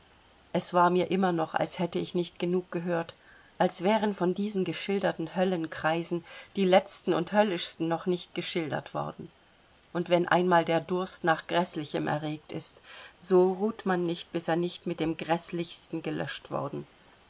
es war mir immer noch als hätte ich nicht genug gehört als wären von diesen geschilderten höllenkreisen die letzten und höllischsten noch nicht geschildert worden und wenn einmal der durst nach gräßlichem erregt ist so ruht man nicht bis er nicht mit dem gräßlichsten gelöscht worden